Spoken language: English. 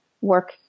work